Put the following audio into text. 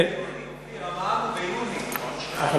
המע"מ הוא ביוני, אופיר.